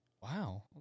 Wow